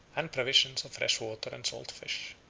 and provisions of fresh water and salt fish.